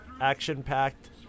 action-packed